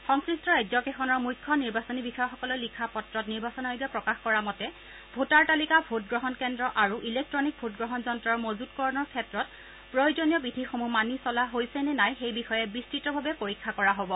সংশ্লিষ্ট ৰাজ্যকেইখনৰ মুখ্য নিৰ্বাচনী বিষয়াসকললৈ লিখা পত্ৰত নিৰ্বাচন আয়োগে প্ৰকাশ কৰা মতে ভোটাৰ তালিকা ভোটগ্ৰহণ কেন্দ্ৰ আৰু ইলেক্টনিক ভোটগ্ৰহণ যন্তৰ মজুতকৰণৰ ক্ষেত্ৰত প্ৰয়োজনীয় বিধিসমূহ মানি চলা হৈছে নে নাই সেই বিষয়ে বিস্ততভাৱে পৰীক্ষা কৰা হব